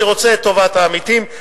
שרוצה את טובת העמיתים,